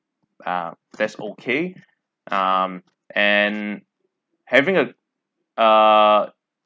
uh that's okay um and having a uh